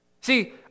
See